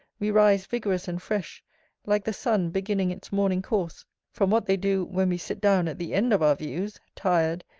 we rise vigorous and fresh like the sun beginning its morning course from what they do, when we sit down at the end of our views, tired,